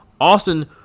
Austin